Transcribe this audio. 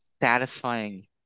satisfying